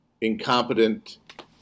incompetent